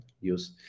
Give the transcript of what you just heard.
Use